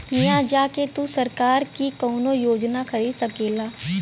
हिया जा के तू सरकार की कउनो योजना खरीद सकेला